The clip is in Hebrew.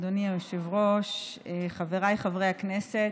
אדוני היושב-ראש, חבריי חברי הכנסת,